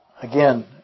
Again